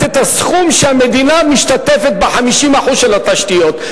את הסכום שהמדינה משתתפת ב-50% של התשתיות.